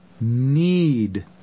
need